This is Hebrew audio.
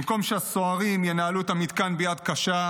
במקום שהסוהרים ינהלו את המתקן ביד קשה,